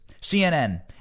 CNN